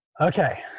Okay